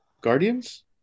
Guardians